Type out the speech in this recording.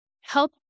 help